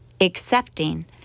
accepting